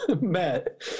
matt